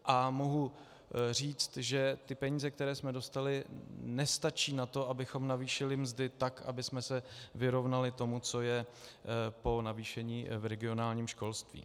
A mohu říct, že peníze, které jsme dostali, nestačí na to, abychom navýšili mzdy tak, abychom se vyrovnali tomu, co je po navýšení v regionálním školství.